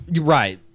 Right